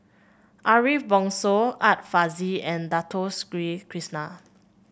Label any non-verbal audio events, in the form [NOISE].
Ariff Bongso Art Fazil and Dato [UNINTELLIGIBLE] Krishna